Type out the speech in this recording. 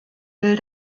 will